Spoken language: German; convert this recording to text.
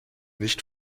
nicht